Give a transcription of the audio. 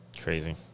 crazy